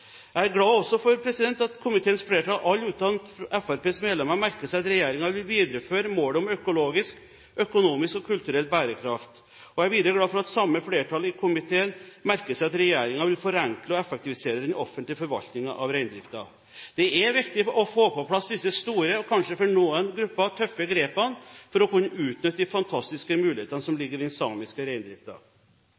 Jeg er også glad for at komiteens flertall, alle unntatt Fremskrittspartiets medlemmer, merker seg at regjeringen vil videreføre målet om økologisk, økonomisk og kulturell bærekraft. Jeg er videre glad for at det samme flertall i komiteen merker seg at regjeringen vil forenkle og effektivisere den offentlige forvaltningen av reindriften. Det er viktig å få på plass disse store – og kanskje for noen grupper tøffe – grepene for å kunne utnytte de fantastiske mulighetene som